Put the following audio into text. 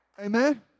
Amen